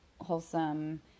wholesome